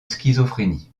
schizophrénie